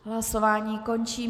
Hlasování končím.